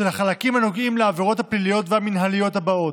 של החלקים הנוגעים לעבירות הפליליות והמינהליות האלה: